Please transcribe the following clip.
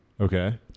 Okay